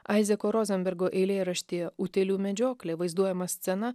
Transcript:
aizeko rozenbergo eilėraštyje utėlių medžioklė vaizduojama scena